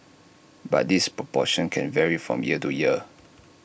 but this proportion can vary from year to year